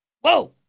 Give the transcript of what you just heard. whoa